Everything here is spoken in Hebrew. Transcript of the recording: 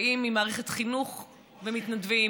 באים ממערכת החינוך ומתנדבים,